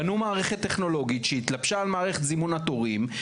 בנו מערכת טכנולוגית שהתלבשה על מערכת זימון התורים,